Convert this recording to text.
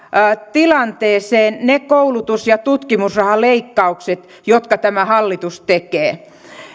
tilanteeseen ne koulutus ja tutkimusrahaleikkaukset jotka tämä hallitus tekee